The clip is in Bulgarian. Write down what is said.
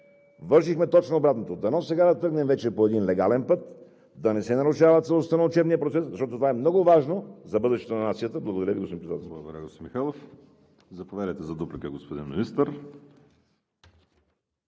вършихме точно обратното. Дано сега да тръгнем вече по един легален път и да не се нарушава целостта на учебния процес, защото това е много важно за бъдещето на нацията. Благодаря Ви, господин